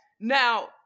Now